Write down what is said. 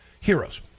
heroes